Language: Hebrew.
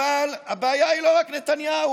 אבל הבעיה היא לא רק נתניהו,